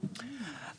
של סעיף 345(ב)(1)(א)